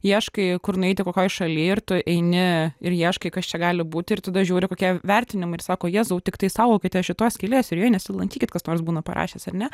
ieškai kur nueiti kokioj šaly ir tu eini ir ieškai kas čia gali būti ir tada žiūri kokie vertinimai ir sako jėzau tiktai saugokitės šitos skylės ir joje nesilankykit kas nors būna parašęs ar ne